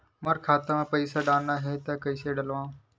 मोर खाता म पईसा डालना हे त कइसे डालव?